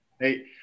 Hey